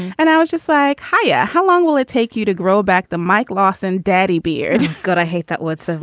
and i was just like, hi. ah how long will it take you to grow back the mike lawson daddy beard? god, i hate that word. so